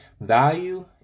value